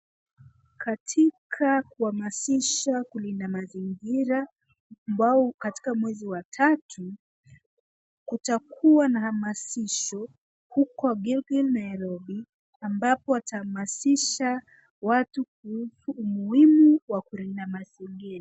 Katika kuhamasisha kulinda mazingira ambao katika mwezi wa tatu kutakuwa na hamasisho huko Gilgil, Nairobi, ambapo watahamasisha watu kuhusu umuhimu wa kulinda mazingira.